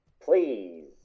Please